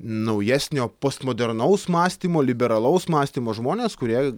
naujesnio postmodernaus mąstymo liberalaus mąstymo žmonės kurie